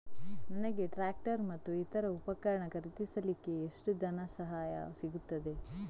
ನನಗೆ ಟ್ರ್ಯಾಕ್ಟರ್ ಮತ್ತು ಇತರ ಉಪಕರಣ ಖರೀದಿಸಲಿಕ್ಕೆ ಎಷ್ಟು ಧನಸಹಾಯ ಸಿಗುತ್ತದೆ?